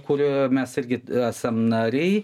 kurioje mes irgi esam nariai